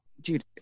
Dude